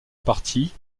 parties